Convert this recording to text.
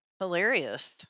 hilarious